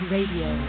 Radio